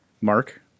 Mark